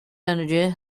energy